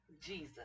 Jesus